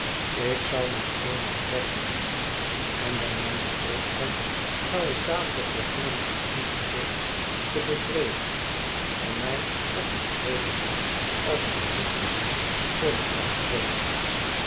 ik zou maar een nacht wegblijven en bij mijne terugkomst zou ik dadelijk beginnen zijn ongeduld te bevredigen om mij op een grooter voet als een heer te zien voor den dag komen